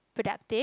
productive